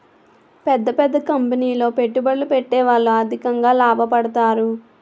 పెద్ద పెద్ద కంపెనీలో పెట్టుబడులు పెట్టేవాళ్లు ఆర్థికంగా లాభపడతారు